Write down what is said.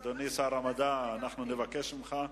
אדוני שר המדע, אנחנו נבקש ממך להישאר.